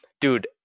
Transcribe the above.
Dude